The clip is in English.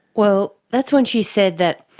well, that's when she said that,